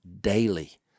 daily